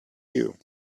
you